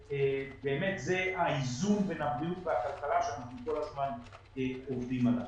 ובאמת זה האיזון בין הבריאות והכלכלה שאנחנו כל הזמן עובדים עליו.